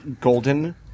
golden